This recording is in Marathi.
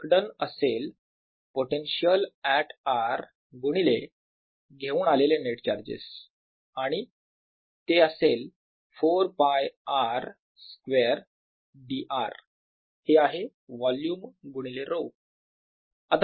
वर्क डन असेल पोटेन्शियल ऍट r गुणिले घेऊन आलेले नेट चार्जेस आणि ते असेल 4 π r स्क्वेअर d r हे आहे वोल्युम गुणिले ρ